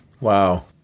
Wow